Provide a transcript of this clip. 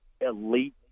elite